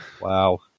Wow